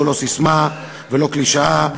זו לא ססמה ולא קלישאה,